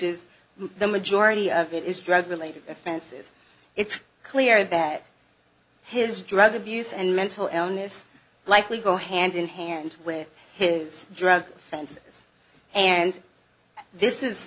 is the majority of it is drug related offenses it's clear that his drug abuse and mental illness likely go hand in hand with his drug offenses and this is